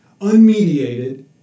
unmediated